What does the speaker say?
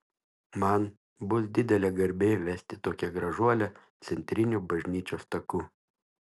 man bus didelė garbė vesti tokią gražuolę centriniu bažnyčios taku